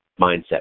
mindset